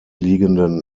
liegenden